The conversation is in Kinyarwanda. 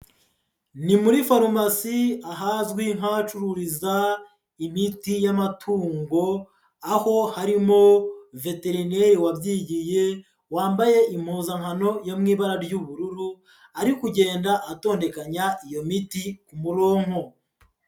Ni muri farumasi ahazwi nk'ahacururiza imiti y'amatungo, aho harimo veterineri wabyigiye wambaye impuzankano yo mu ibara ry'ubururu, ari kugenda atondekanya iyo miti ku muronko.